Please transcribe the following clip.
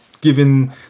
given